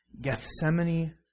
Gethsemane